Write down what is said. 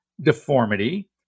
deformity